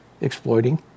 exploiting